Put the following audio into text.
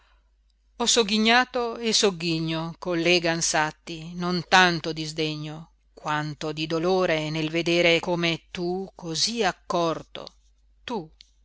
ho sogghignato e sogghigno collega ansatti non tanto di sdegno quanto di dolore nel vedere come tu cosí accorto tu